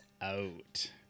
out